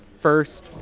first